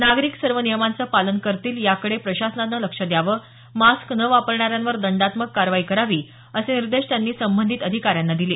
नागरिक सर्व नियमांचं पालन करतील याकडे प्रशासनानं लक्ष द्यावं मास्क न वापरणाऱ्यांवर दंडात्मक कारवाई करावी असे निर्देश त्यांनी संबंधित अधिकाऱ्यांना दिले